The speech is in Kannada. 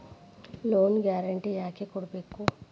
ಲೊನ್ ಗ್ಯಾರ್ಂಟಿ ಯಾಕ್ ಕೊಡ್ಬೇಕು?